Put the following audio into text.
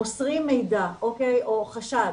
מוסרים מידע או חשד